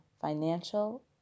financial